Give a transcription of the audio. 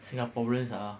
singaporeans ah